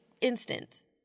instance